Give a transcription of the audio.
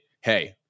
hey